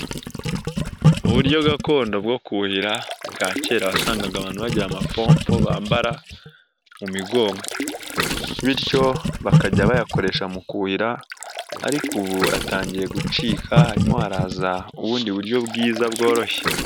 Uburyo gakondo bwo kuhira bwa kera wasangaga abantu bagira amapompo bambara mu migongo. Bityo bakajya bayakoresha mu kuhira ariko ubu atangiye gucika, harimo haraza ubundi buryo bwiza bworoshye.